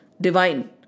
divine